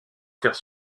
faire